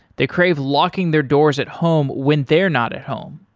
they crave locking their doors at home when they're not at home.